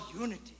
unity